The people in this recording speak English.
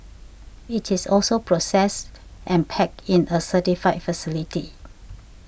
it is also processed and packed in a certified facility